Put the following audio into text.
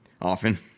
often